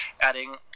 adding